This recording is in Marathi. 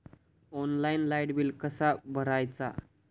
ऑनलाइन लाईट बिल कसा भरायचा?